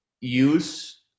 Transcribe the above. use